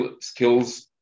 skills